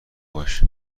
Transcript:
باش